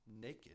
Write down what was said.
naked